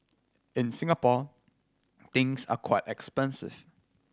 in Singapore things are quite expensive